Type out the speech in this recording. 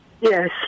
Yes